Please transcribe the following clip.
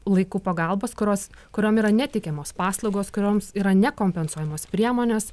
laiku pagalbos kurios kuriom yra neteikiamos paslaugos kurioms yra nekompensuojamos priemonės